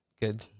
good